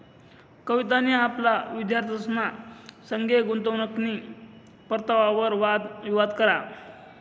कवितानी आपला विद्यार्थ्यंसना संगे गुंतवणूकनी परतावावर वाद विवाद करा